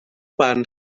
barn